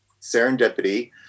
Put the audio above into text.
serendipity